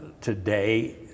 today